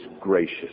gracious